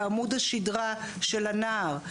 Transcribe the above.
היא עמוד השדרה של הנער.